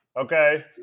Okay